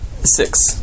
Six